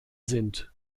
sind